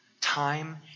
time